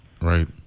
right